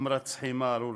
המרצחים הארורים.